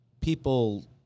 people